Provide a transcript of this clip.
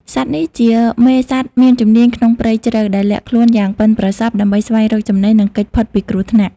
សត្វនេះជាមេសត្វមានជំនាញក្នុងព្រៃជ្រៅ ដែលលាក់ខ្លួនយ៉ាងប៉ិនប្រសប់ដើម្បីស្វែងរកចំណី និងគេចផុតពីគ្រោះថ្នាក់។